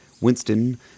Winston